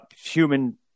human